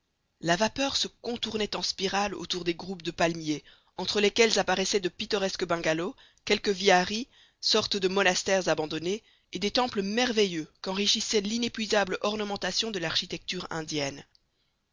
la vapeur se contournait en spirales autour des groupes de palmiers entre lesquels apparaissaient de pittoresques bungalows quelques viharis sortes de monastères abandonnés et des temples merveilleux qu'enrichissait l'inépuisable ornementation de l'architecture indienne